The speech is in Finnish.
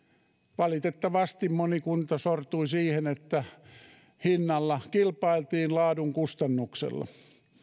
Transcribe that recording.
valitettavasti moni kunta sortui siihen että hinnalla kilpailtiin laadun kustannuksella